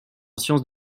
sciences